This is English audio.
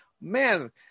man